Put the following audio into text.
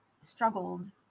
struggled